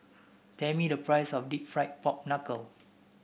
tell me the price of deep fried Pork Knuckle